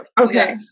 okay